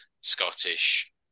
Scottish